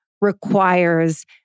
requires